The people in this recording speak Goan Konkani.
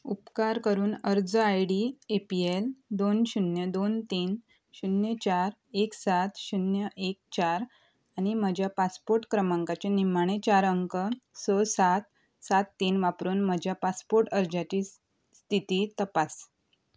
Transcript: उपकार करून अर्ज I D A P L दोन शुन्य दोन तीन शुन्य चार एक सात शुन्य एक चार आनी म्हज्या पासपोर्ट क्रमांकाचे निमाणें चार अंक स सात सात तीन वापरून म्हज्या पासपोर्ट अर्जाची स्थिती तपास